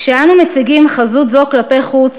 כשאנו מציגים חזות זו כלפי חוץ,